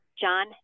John